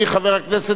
בעד, אחד נגד,